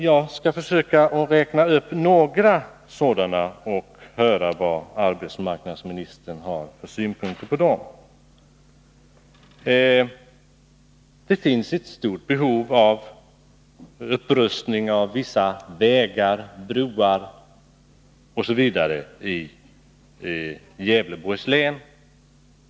Jag skall försöka räkna upp några förslag till arbetsskapande åtgärder. Det vore intressant att höra arbetsmarknadsministerns synpunkter på dem. Det finns ett stort behov av upprustning av vissa vägar, broar osv. i Gävleborgs län.